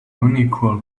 unequal